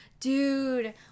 Dude